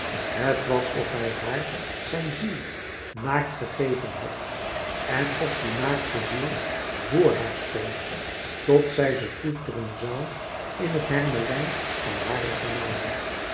het was of hij haar zijn ziel naakt gegeven had en of die naakte ziel vr haar stond tot zij ze koesteren zoû in het hermelijn van hare genade